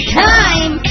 time